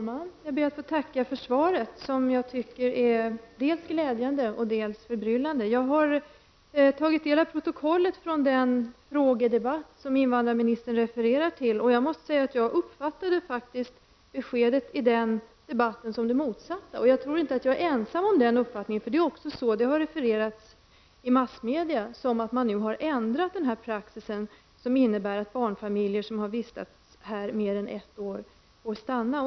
Herr talman! Jag ber att få tacka för svaret, som jag tycker är dels glädjande, dels förbryllande. Jag har tagit del av protokollet från den frågedebatt som invandrarministern refererade till. Jag måste säga att jag faktiskt uppfattade beskedet från den debatten som det motsatta. Jag tror inte att jag är ensam om den uppfattningen. Det har också refererats i massmedier som att man nu har ändrat den praxis som innebär att barnfamiljer som vistats här mer än ett år får stanna.